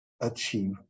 achieve